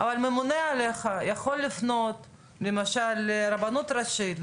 אבל הממונה עליך יכול לפנות למשל לרבנות הראשית,